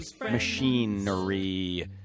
machinery